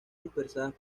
dispersadas